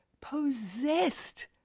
possessed